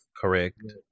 Correct